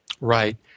Right